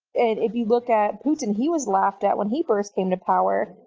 if you look at putin, he was laughed at when he first came to power.